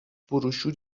بروشور